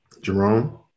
Jerome